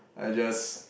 I just